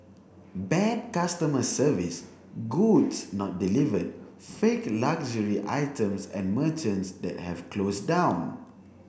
bad customer service goods not delivered fake luxury items and merchants that have closed down